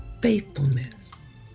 faithfulness